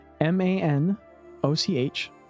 M-A-N-O-C-H